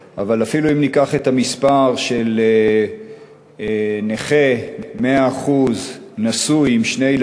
אבל אפילו אם ניקח את המספר של נכה 100% נשוי עם שני ילדים,